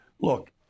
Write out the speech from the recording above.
look